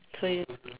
so you